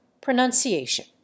Pronunciation